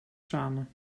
samen